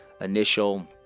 initial